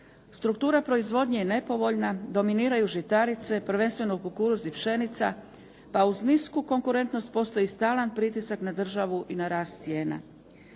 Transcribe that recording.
Struktura proizvodnje je nepovoljna, dominiraju žitarice prvenstveno kukuruz i pšenica pa uz nisku konkurentnost postoji stalan pritisak na državu i na rast cijena.